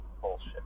bullshit